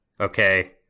okay